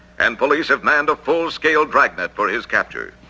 and police have manned a full-scale dragnet for his capture.